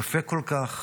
יפה כל כך,